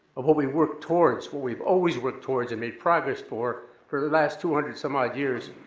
of what we work towards, what we have always worked towards and made progress for, for the last two hundred some odd years,